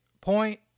point